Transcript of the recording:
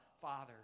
Father